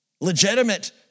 legitimate